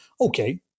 Okay